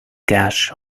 gash